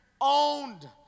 owned